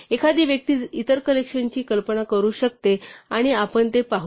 एखादी व्यक्ती इतर कलेक्शनची कल्पना करू शकते आणि आपण ते पाहू